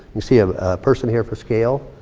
you see a person here for scale.